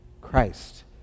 Christ